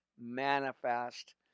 manifest